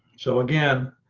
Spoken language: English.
so again,